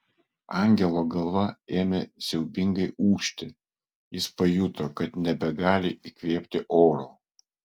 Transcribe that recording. angelo galva ėmė siaubingai ūžti jis pajuto kad nebegali įkvėpti oro